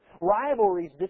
rivalries